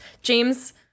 James